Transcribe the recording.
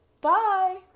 Bye